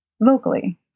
vocally